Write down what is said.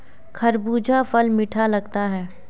खरबूजा फल मीठा लगता है